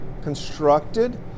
constructed